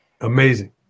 Amazing